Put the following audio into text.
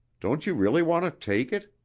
don't you really want to take it.